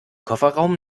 kofferraum